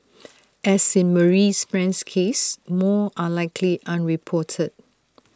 as in Marie's friend's case more are likely unreported